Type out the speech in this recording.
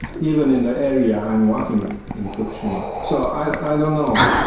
even in the area i'm working in fukushima, so i don't know,